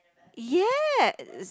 yes